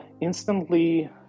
instantly